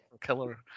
killer